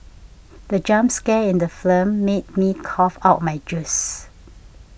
the jump scare in the film made me cough out my juice